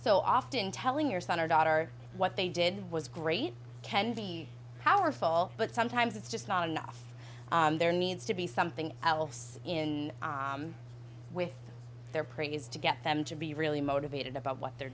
so often telling your son or daughter what they did was great kensi powerful but sometimes it's just not enough there needs to be something else in with their praise to get them to be really motivated about what they're